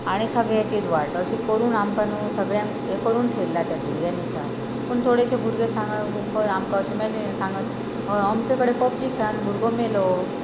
आनी सगळ्यांचीत वाट अशें करून आमकां न्हू सगळ्यांक हें करून ठेयलां ते भुरग्यां निशाक पूण थोडेशे भुरगे सांगात खंय आमकां अशें मेशजी सांगात अमके कडेन पबजी खेळान भुरगो मेलो